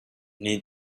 need